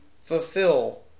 fulfill